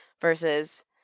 versus